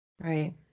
Right